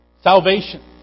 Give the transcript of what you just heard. salvation